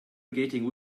interrogating